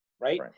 right